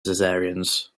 cesareans